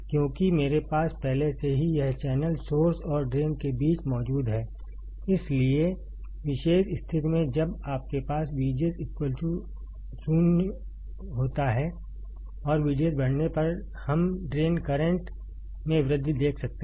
क्योंकि मेरे पास पहले से ही यह चैनल सोर्स और ड्रेन के बीच मौजूद है इसलिए विशेष स्थिति में जब आपके पास VGS 0 होता है और VDS बढ़ने पर हम ड्रेन करंट में वृद्धि देख सकते हैं